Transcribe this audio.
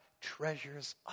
treasures